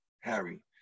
Harry